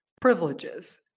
privileges